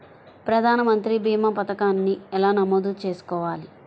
ప్రధాన మంత్రి భీమా పతకాన్ని ఎలా నమోదు చేసుకోవాలి?